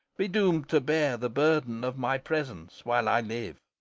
be doomed to bear the burden of my presence while i live.